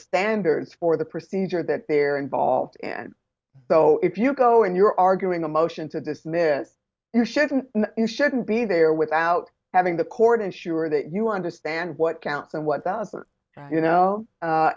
standards for the procedure that they're involved in so if you go and you're arguing a motion to dismiss you shouldn't you shouldn't be there without having the court ensure that you understand what counts and what you